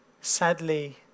sadly